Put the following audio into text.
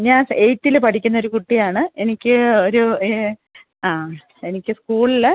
ഞാന് എയ്റ്റ്ത്തില് പഠിക്കുന്നൊരു കുട്ടിയാണ് എനിക്ക് ഒരു ആ എനിക്ക് സ്കൂളില്